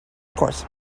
course